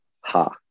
ha